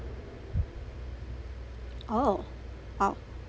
oh !wow!